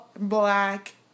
black